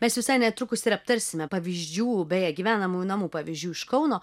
mes visai netrukus ir aptarsime pavyzdžių beje gyvenamųjų namų pavyzdžių iš kauno